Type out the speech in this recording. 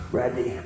Ready